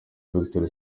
victory